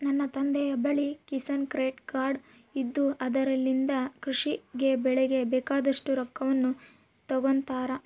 ನನ್ನ ತಂದೆಯ ಬಳಿ ಕಿಸಾನ್ ಕ್ರೆಡ್ ಕಾರ್ಡ್ ಇದ್ದು ಅದರಲಿಂದ ಕೃಷಿ ಗೆ ಬೆಳೆಗೆ ಬೇಕಾದಷ್ಟು ರೊಕ್ಕವನ್ನು ತಗೊಂತಾರ